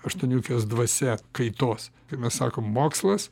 aštuoniukės dvasia kaitos kaip mes sakom mokslas